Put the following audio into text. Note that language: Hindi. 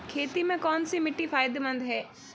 खेती में कौनसी मिट्टी फायदेमंद है?